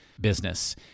business